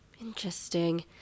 Interesting